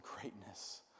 greatness